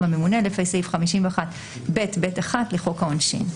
הממונה לפי סעיף 51ב(ב)(1) לחוק העונשין,